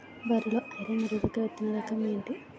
వరి లో ఐరన్ నిరోధక విత్తన రకం ఏంటి?